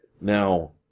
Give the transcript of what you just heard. Now